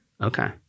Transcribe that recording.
Okay